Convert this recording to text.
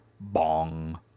bong